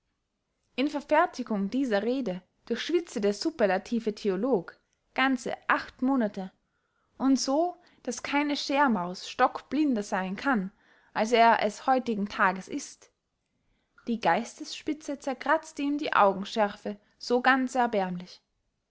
in verfertigung dieser rede durchschwitzte der superlative theolog ganze acht monate und so daß keine schärmaus stockblinder seyn kann als er es heutiges tages ist die geistesspitze zerkratzt ihm die augenschärfe so ganz erbärmlich